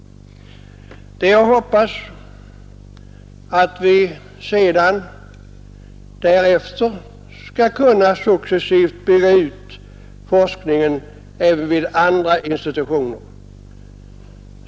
Det är att hoppas att vi sedan successivt skall kunna utvidga forskningen även vid andra institutioner.